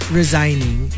resigning